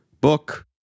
book